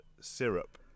syrup